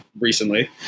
recently